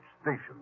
station